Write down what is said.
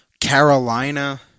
Carolina